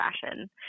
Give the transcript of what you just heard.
fashion